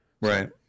Right